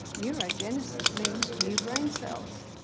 neurogenesis means new brain cells.